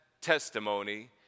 testimony